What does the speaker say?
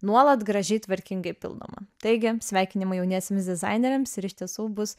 nuolat gražiai tvarkingai pildoma taigi sveikinimai jauniesiems dizaineriams ir iš tiesų bus